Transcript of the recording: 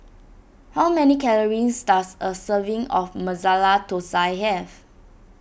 how many calories does a serving of Masala Thosai have